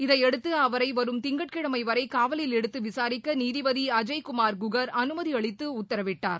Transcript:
இதையடுத்து அவரை வரும் திங்கட்கிழமை வரை காவலில் எடுத்து விசாரிக்க நீதிபதி அஜய் குமார் குகர் அனுமதி அளித்து உத்தரவிட்டார்